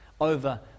over